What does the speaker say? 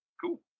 cool